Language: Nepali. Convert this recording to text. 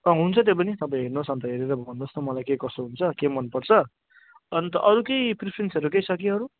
अँ हुन्छ त्यो पनि तपाईँ हेर्नुहोस् अन्त हेरेर भन्नुहोस् न मलाई के कसो हुन्छ के मनपर्छ अन्त अरू केही प्रिफरेन्सहरू केही छ कि अरू